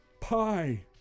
Pie